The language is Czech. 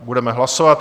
Budeme hlasovat.